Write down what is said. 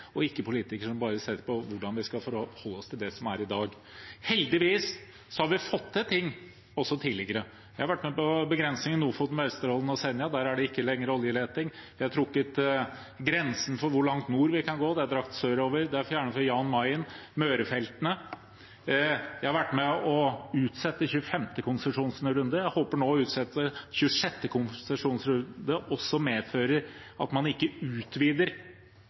og ikke politikere som bare ser på hvordan de skal forholde seg til det som er i dag. Heldigvis har vi fått til ting tidligere. Jeg har vært med på begrensningene i Lofoten, Vesterålen og Senja – der er det ikke lenger oljeleting. Grensen for hvor langt nord vi kan gå, er dratt sørover. Den er fjernet fra Jan Mayen og Mørefeltene. Jeg har vært med på å utsette 25. konsesjonsrunde, og jeg håper nå på å utsette 26. konsesjonsrunde, som også medfører at man ikke utvider